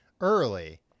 early